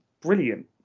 brilliant